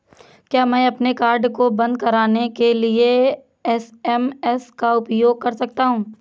क्या मैं अपने कार्ड को बंद कराने के लिए एस.एम.एस का उपयोग कर सकता हूँ?